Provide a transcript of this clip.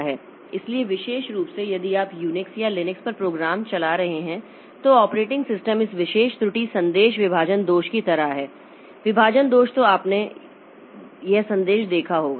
इसलिए विशेष रूप से यदि आप UNIX या Linux पर प्रोग्राम चला रहे हैं तो ऑपरेटिंग सिस्टम इस विशेष त्रुटि संदेश विभाजन दोष की तरह है विभाजन दोष तो आपने यह संदेश देखा होगा